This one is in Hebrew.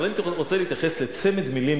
אבל אני הייתי רוצה להתייחס לצמד מלים,